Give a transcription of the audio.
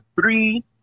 three